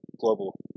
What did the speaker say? global